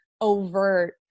overt